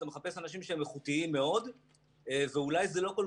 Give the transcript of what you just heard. אתה מחפש אנשים שהם איכותיים מאוד ואולי זה לא כל